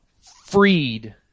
freed